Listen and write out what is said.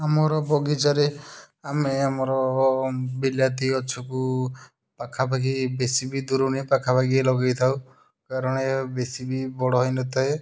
ଆମର ବଗିଚାରେ ଆମେ ଆମର ବିଲାତି ଗଛକୁ ପାଖା ପାଖି ବେଶୀ ବି ଦୂର ନୁହେଁ ପାଖା ପାଖି ଲଗେଇ ଥାଉ କାରଣ ବେଶୀ ବି ବଡ଼ ହେଇନଥାଏ